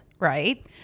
Right